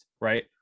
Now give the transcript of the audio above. right